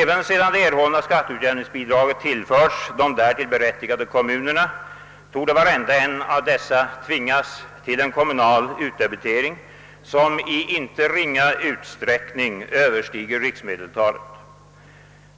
även sedan det erhållna skatteutjämningsbidraget tillförts de därtill berättigade kommunerna torde varenda en av dessa tvingas till en kommunal utdebitering som i inte ringa utsträckning överstiger riksmedeltalet.